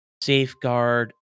safeguard